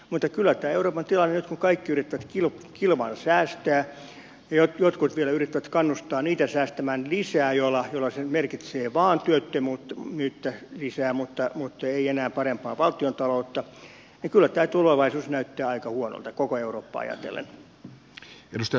mutta kyllä tässä euroopan tilanteessa nyt kun kaikki yrittävät kilvan säästää ja jotkut vielä yrittävät kannustaa niitä säästämään lisää joilla se merkitsee vain työttömyyttä lisää mutta ei enää parempaa valtiontaloutta tämä tulevaisuus näyttää aika huonolta koko eurooppaa ajatellen